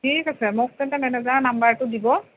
ঠিক আছে মোক তেন্তে মেনেজাৰৰ নম্বৰটো দিব